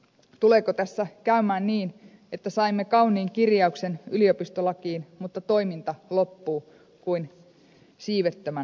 tuleeko tässä käymään niin että saimme kauniin kirjauksen yliopistolakiin mutta toiminta loppuu kuin siivettömän linnun lento